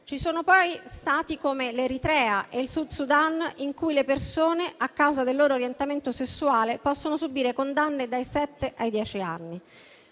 Ci sono poi Stati, come l'Eritrea e il Sud Sudan, in cui le persone a causa del loro orientamento sessuale possono subire condanne dai sette ai